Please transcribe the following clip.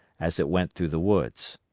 as it went through the woods.